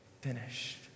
finished